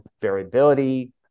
variability